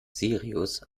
sirius